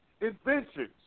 inventions